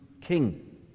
king